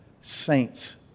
saints